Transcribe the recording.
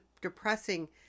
depressing